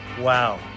Wow